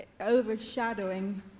overshadowing